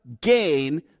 gain